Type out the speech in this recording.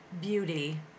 beauty